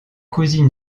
cousine